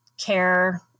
care